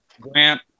Grant